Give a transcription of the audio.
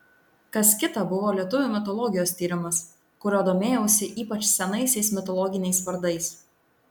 kas kita buvo lietuvių mitologijos tyrimas kuriuo domėjausi ypač senaisiais mitologiniais vardais